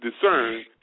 discern